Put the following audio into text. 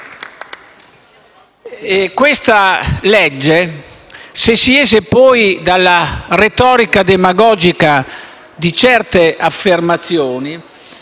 Questa legge, se si esce poi dalla retorica demagogica di certe affermazioni,